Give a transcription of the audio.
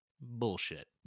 bullshit